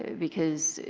because